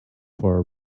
for